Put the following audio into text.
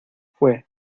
fue